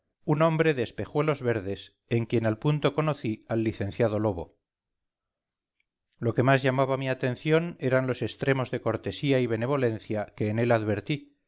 un hombre de espejuelos verdes en quien al punto conocí al licenciado lobo lo que más llamaba mi atención eran los extremos de cortesía y benevolenciaque en él advertí